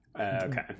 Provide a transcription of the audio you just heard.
okay